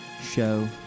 show